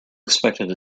expected